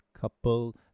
Couple